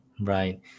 right